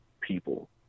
people